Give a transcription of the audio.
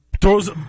Throws